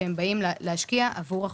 כשהם באים להשקיע עבור החוסך.